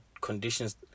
conditions